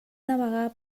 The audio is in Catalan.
navegar